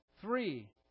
Three